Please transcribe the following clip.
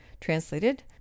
translated